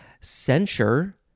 Censure